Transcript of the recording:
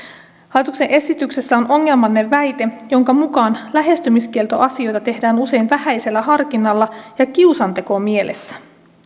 hallituksen esityksessä on ongelmallinen väite jonka mukaan lähestymiskieltoasioita tehdään usein vähäisellä harkinnalla ja kiusantekomielessä